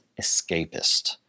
escapist